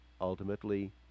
ultimately